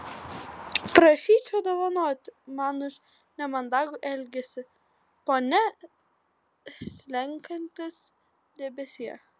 prašyčiau dovanoti man už nemandagų elgesį pone slenkantis debesie